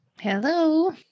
Hello